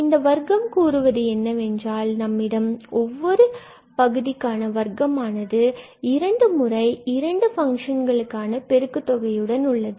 இங்கு வர்க்கம் கூறுவது என்னவென்றால் நம்மிடம் ஒவ்வொரு பகுதிக்கான வர்க்கமானது இரண்டு முறை இரண்டு பங்க்ஷன்களுக்கான பெருக்கு தொகையுடன் உள்ளது